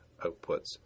outputs